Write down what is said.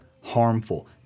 Harmful